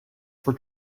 for